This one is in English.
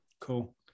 Cool